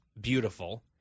beautiful